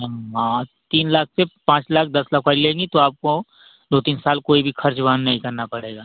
जी हाँ तीन लाख से पाँच लाख दस लाख वाली लेंगी तो आपको दो तीन साल कोई भी ख़र्च वहाँ नहीं करना पड़ेगा